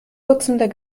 dutzender